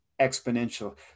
exponential